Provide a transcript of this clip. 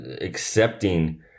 accepting